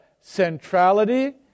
centrality